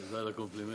תודה על הקומפלימנט.